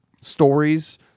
stories